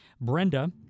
Brenda